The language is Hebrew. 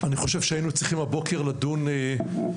אז אני חושב שהיינו צריכים הבוקר לדון בפרשת